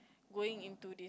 going into the